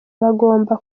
bagombaga